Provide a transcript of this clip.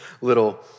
little